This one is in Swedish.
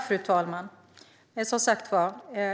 Fru talman!